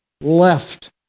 left